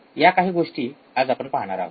या काही गोष्टीं आज आपण पाहणार आहोत